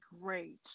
great